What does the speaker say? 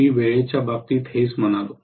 मी वेळेच्या बाबतीत हेच म्हणालो